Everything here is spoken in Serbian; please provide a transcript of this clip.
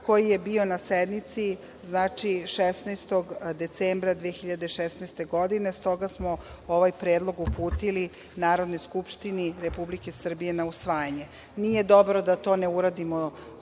koji je bio na sednici 16. decembra 2016. godine.S toga smo ovaj predlog uputili Narodnoj skupštini Republike Srbije na usvajanje. Nije dobro da to ne uradimo